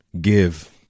Give